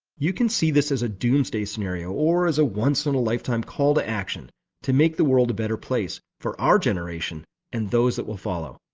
you can see this as a doomsday scenario, or as a once-in-a-lifetime call to action to make the world a better place for our generation and those that will follow.